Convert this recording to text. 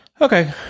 Okay